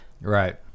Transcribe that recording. Right